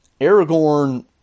Aragorn